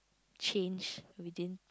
change within